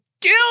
kill